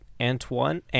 Antoine